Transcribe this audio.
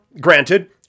granted